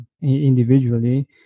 individually